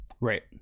Right